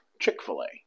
Chick-fil-A